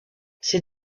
ces